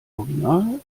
original